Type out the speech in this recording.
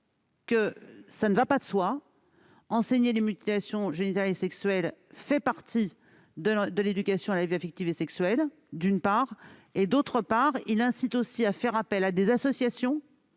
cela ne va pas de soi -que l'existence des mutations génitales et sexuelles fait partie de l'éducation à la vie affective et sexuelle, et, d'autre part, d'inciter à faire appel à des associations